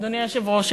אדוני היושב-ראש.